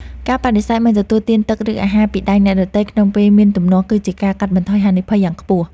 ការបដិសេធមិនទទួលទានទឹកឬអាហារពីដៃអ្នកដទៃក្នុងពេលមានទំនាស់គឺជាការកាត់បន្ថយហានិភ័យយ៉ាងខ្ពស់។